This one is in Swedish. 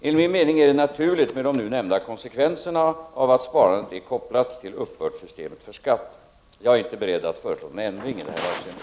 Enligt min mening är det naturligt med de nu nämnda konsekvenserna av att sparandet är kopplat till uppbördssystemet för skatt. Jag är inte beredd att föreslå någon ändring i det här avseendet.